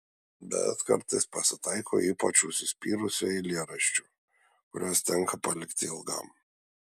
bet kartais pasitaiko ypač užsispyrusių eilėraščių kuriuos tenka palikti ilgam